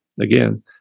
Again